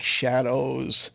Shadows